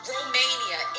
Romania